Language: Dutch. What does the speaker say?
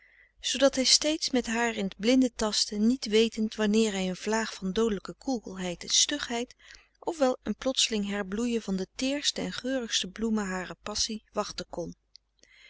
zoodat hij steeds met haar in t blinde tastte niet wetend wanneer hij een vlaag van doodelijke koelheid en stugheid of wel een plotseling herbloeien van de teerste en geurigste bloemen harer passie wachten kon